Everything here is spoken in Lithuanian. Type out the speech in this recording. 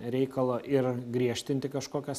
reikalo ir griežtinti kažkokias